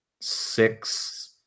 six